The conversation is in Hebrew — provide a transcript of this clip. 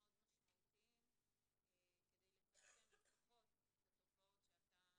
משמעותיים כדי לצמצם לפחות את התופעות שאתה